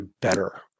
better